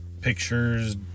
pictures